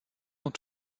dans